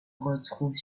retrouve